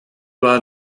war